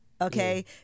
Okay